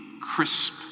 crisp